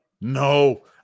No